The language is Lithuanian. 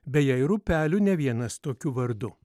beje ir upelių ne vienas tokiu vardu